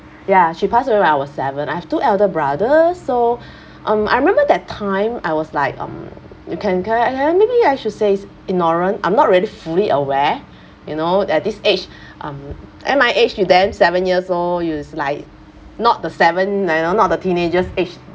ya she passed away when I was seven I have two elder brothers so um I remember that time I was like um you can can ya maybe I should say ignorant I'm not really fully aware you know at this age um at my age you then seven years old it was like not the seven and not the teenagers' age